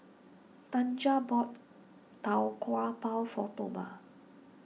Tanja bought Tau Kwa Pau for Toma